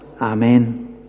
Amen